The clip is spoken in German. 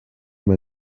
man